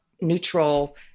neutral